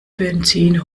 benzin